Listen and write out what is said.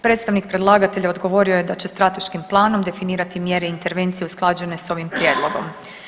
Predstavnik predlagatelja odgovorio je da će strateškim planom definirati mjere i intervencije usklađene s ovim prijedlogom.